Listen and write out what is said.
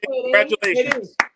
Congratulations